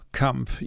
kamp